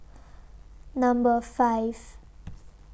Number five